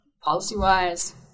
policy-wise